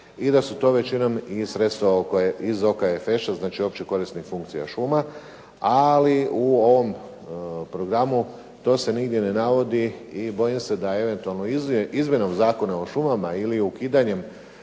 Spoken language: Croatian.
i da su to većinom i sredstva iz OKFŠ-a, znači opće korisnik funkcija šuma. Ali u ovom programu to se nigdje ne navodi i bojim se da eventualno izmjenom Zakona o šumama ili ukidanjem